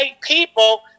people